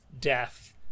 death